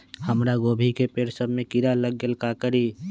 हमरा गोभी के पेड़ सब में किरा लग गेल का करी?